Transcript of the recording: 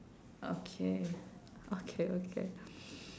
okay okay okay